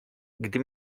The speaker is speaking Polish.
gdy